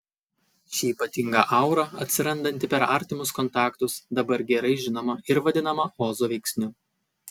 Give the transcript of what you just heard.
ši ypatinga aura atsirandanti per artimus kontaktus dabar gerai žinoma ir vadinama ozo veiksniu